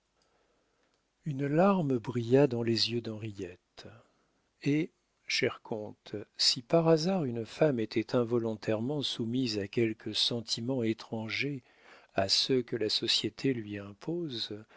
une larme brilla dans les yeux d'henriette et cher comte si par hasard une femme était involontairement soumise a quelque sentiment étranger à ceux que la société lui impose